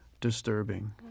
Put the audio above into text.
disturbing